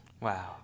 Wow